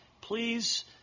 Please